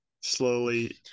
slowly